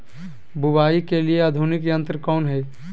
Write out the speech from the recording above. बुवाई के लिए आधुनिक यंत्र कौन हैय?